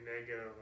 negative